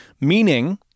Meaning